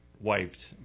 wiped